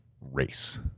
race